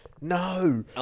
No